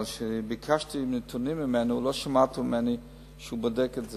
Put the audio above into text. אבל כשביקשתי ממנו נתונים לא שמעתי שהוא בודק את זה.